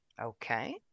Okay